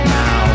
now